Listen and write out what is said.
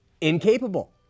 incapable